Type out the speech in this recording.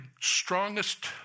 strongest